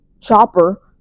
chopper